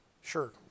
Sure